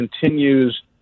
continues